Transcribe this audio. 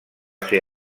ser